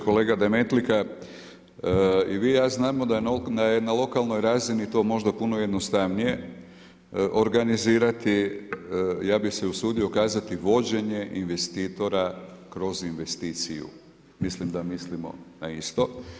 Kolega Demetlika i vi i ja znamo da je na lokalnoj razini to možda puno jednostavnije organizirati, ja bih se usudio kazati vođenje investitora kroz investiciju, mislim da mislimo na isto.